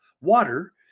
water